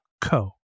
co